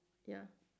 ya